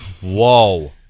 Whoa